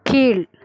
கீழ்